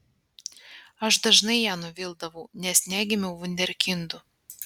aš dažnai ją nuvildavau nes negimiau vunderkindu